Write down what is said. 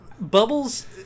Bubbles